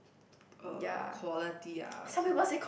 uh quality ah so